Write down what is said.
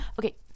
okay